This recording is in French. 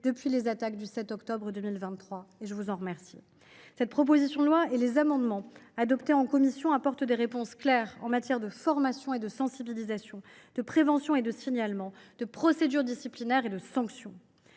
depuis les attaques du 7 octobre 2023. Je les en remercie. Cette proposition de loi et les amendements adoptés en commission visent à apporter des réponses claires et concrètes en matière de formation et de sensibilisation, de prévention et de signalement, de procédure disciplinaire et de sanction.